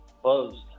closed